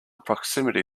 proximity